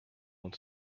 want